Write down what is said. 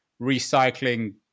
recycling